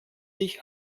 sich